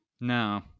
No